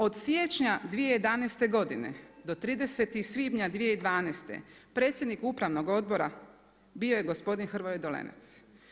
Od siječnja 2011. godine, do 30. svibnja 2012. predsjednik upravnog odbora, bio je gospodin Hrvoje Dolenec.